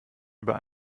über